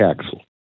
axle